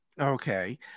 Okay